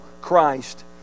Christ